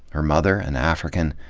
her mother, an african,